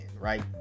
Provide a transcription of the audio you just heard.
Right